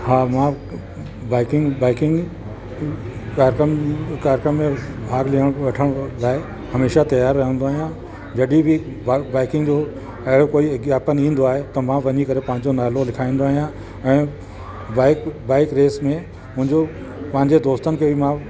हा मां biking biking कार्यक्रम कार्यक्रम में भाॻु ॾियण वठण लाइ हमेशह तयार रहंदो आहियां जॾहिं बि बा बाइकिंग जो अहिड़ो कोई विज्ञापन ईंदो आहे त मां वञी करे पंहिंजो नालो लिखाईंदो आहियां ऐं बाइक बाइक रेस में मुंहिंजो पंहिंजे दोस्तनि खे बि मां